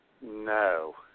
No